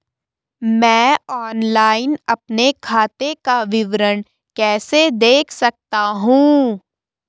मैं ऑनलाइन अपने खाते का विवरण कैसे देख सकता हूँ?